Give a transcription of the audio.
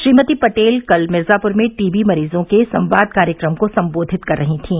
श्रीमती पटेल कल मिर्जापुर में टीबी मरीजों के संवाद कार्यक्रम को संबोधित कर रही थीं